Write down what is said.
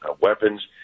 weapons